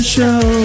Show